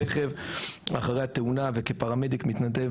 החניתי את הרכב אחרי התאונה וכפרמדיק מתנדב